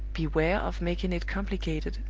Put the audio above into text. beware of making it complicated,